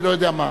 אני לא יודע מה.